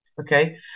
Okay